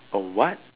a what